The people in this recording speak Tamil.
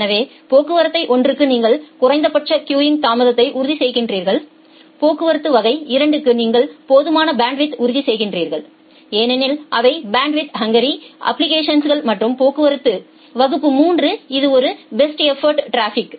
எனவே போக்குவரத்து வகை 1 க்கு நீங்கள் குறைந்தபட்ச கியூங் தாமதத்தை உறுதி செய்கிறீர்கள் போக்குவரத்து வகை 2 க்கு நீங்கள் போதுமான பேண்ட்வித்யை உறுதி செய்கிறீர்கள் ஏனெனில் அவை பேண்ட்வித் ஹங்கிரி அப்ப்ளிகேஷன்ஸ் மற்றும் போக்குவரத்து வகுப்பு 3 இது ஒரு பெஸ்ட் எஃபோர்ட் டிராபிக்